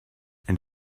and